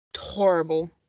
Horrible